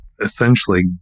essentially